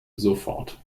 sofort